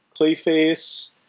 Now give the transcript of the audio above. Clayface